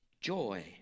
joy